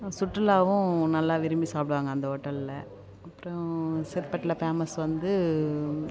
சுற்றுலாவும் நல்லா விரும்பி சாப்பிடுவாங்க அந்த ஹோட்டலில் அப்புறம் சேத்பெட்டில் ஃபேமஸ் வந்து